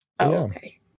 Okay